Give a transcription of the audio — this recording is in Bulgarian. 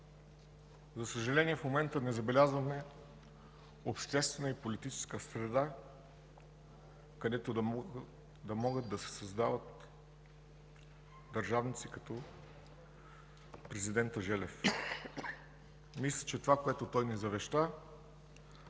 За съжаление, в момента не забелязваме обществена и политическа среда, където да могат да се създават държавници като президента Желев. Мисля, че това, което той ни завеща,